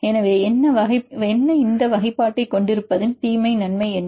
எனவே என்ன இந்த வகைப்பாட்டைக் கொண்டிருப்பதன் தீமை நன்மை என்ன